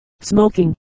smoking